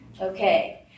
Okay